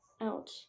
out